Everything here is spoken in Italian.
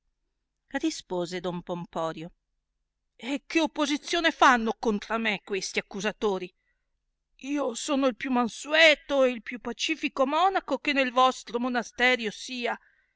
rispose don pomporio e che opposizione fanno contra me questi accusatori io sono il più mansueto e il piti pacifico monaco che nel vostro monasterio sia